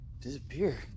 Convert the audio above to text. Disappear